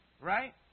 Right